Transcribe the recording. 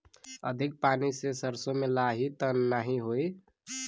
अधिक पानी से सरसो मे लाही त नाही होई?